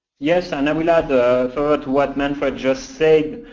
yes. and i will add further to what manfred just said.